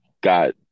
got